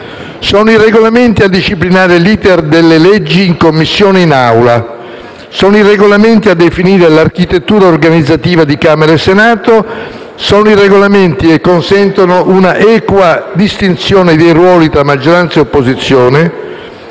Sono i Regolamenti a disciplinare l'*iter* delle leggi in Commissione e in Assemblea; sono i Regolamenti a definire l'architettura organizzativa di Camera e Senato; sono i Regolamenti che consentono un'equa distinzione dei ruoli fra maggioranza opposizione.